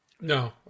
no